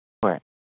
ꯍꯣꯏ